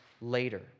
later